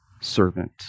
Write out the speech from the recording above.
servant